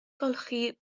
golchi